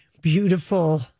beautiful